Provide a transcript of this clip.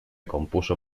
compuso